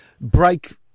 break